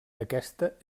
aquesta